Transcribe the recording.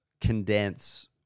condense